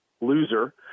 loser